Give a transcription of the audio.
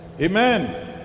Amen